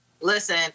Listen